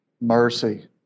Mercy